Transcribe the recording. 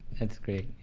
that's great.